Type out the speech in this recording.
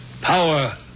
Power